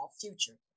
future